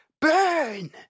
burn